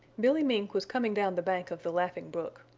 billy mink was coming down the bank of the laughing brook.